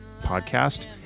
podcast